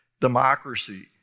democracy